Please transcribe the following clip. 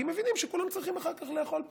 כי מבינים שכולם צריכים אחר כך לאכול פה,